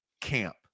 camp